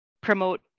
promote